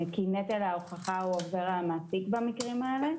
כי נטל ההוכחה עובר למעסיק במקרים האלה,